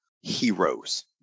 heroes